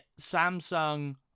samsung